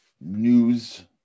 news